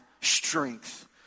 strength